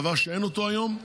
דבר שאין אותו היום,